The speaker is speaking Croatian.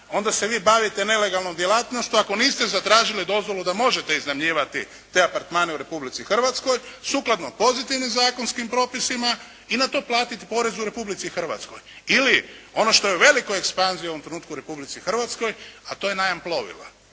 onda se vi bavite nelegalnom djelatnošću ako niste zatražili dozvolu da možete iznajmljivati te apartmane u Republici Hrvatskoj sukladno pozitivnim zakonskim propisima i na to platiti porez u Republici Hrvatskoj. Ili, ono što je u velikoj ekspanziji u ovom trenutku u Republici Hrvatskoj a to je najam plovila.